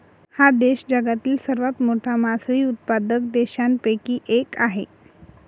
हा देश जगातील सर्वात मोठा मासळी उत्पादक देशांपैकी एक आहे